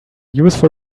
useful